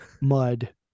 mud